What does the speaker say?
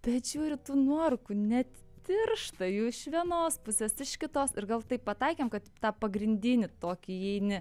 bet žiūriu tų nuorūkų net tiršta jų iš vienos pusės iš kitos ir gal taip pataikėm kad tą pagrindinį tokį įeini